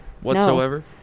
whatsoever